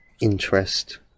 interest